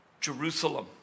Jerusalem